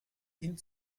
ihn